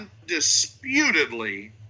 undisputedly